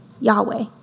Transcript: Yahweh